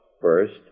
First